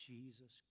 Jesus